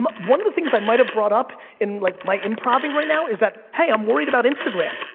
um one of the things i might've brought up in like my improving right now is that, hey, i'm worried about instagram.